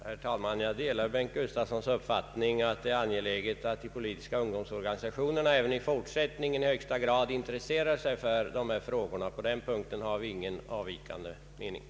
Herr talman! Jag delar herr Bengt Gustavssons uppfattning att det är högst angeläget att de politiska organisationerna även i fortsättningen intresserar sig för dessa frågor. På denna punkt har vi inte delade meningar.